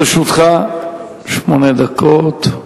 לרשותך שמונה דקות.